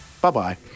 Bye-bye